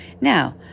Now